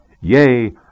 yea